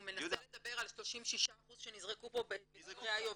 הוא מנסה לדבר על 36% שנזרקו פה ב- --,